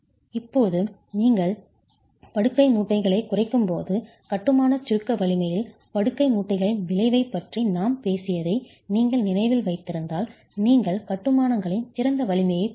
இப்போது நீங்கள் படுக்கை மூட்டுகளைக் குறைக்கும்போது கட்டுமான சுருக்க வலிமையில் படுக்கை மூட்டுகளின் விளைவைப் பற்றி நாம் பேசியதை நீங்கள் நினைவில் வைத்திருந்தால் நீங்கள் கட்டுமானங்களின் சிறந்த வலிமையைப் பெறுவீர்கள்